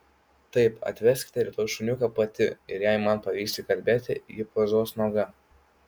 taip atveskite rytoj šuniuką pati ir jei man pavyks įkalbėti ji pozuos nuoga